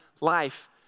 life